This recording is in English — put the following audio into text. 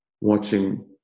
watching